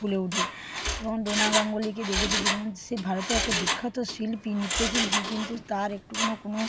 ফুলে উঠে এবং ডোনা গাঙ্গুলীকে দেখে যদি যেমন সে ভারতের একটা বিখ্যাত শিল্পী নৃত্য শিল্পী কিন্তু তার একটু কোনো কোনো